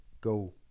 go